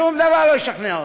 שום דבר לא ישכנע אותי.